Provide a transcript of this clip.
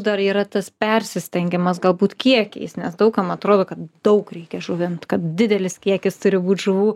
dar yra tas persistengimas galbūt kiekiais nes daug kam atrodo kad daug reikia žuvint kad didelis kiekis turi būt žuvų